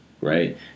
Right